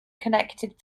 connected